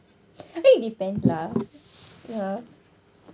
I think it depends lah ya